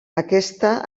aquesta